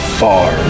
far